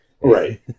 Right